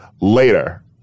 later